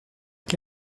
chi